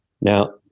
Now